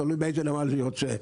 תלוי באיזה נמל זה יוצא.